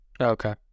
Okay